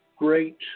great